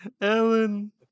Ellen